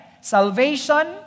Salvation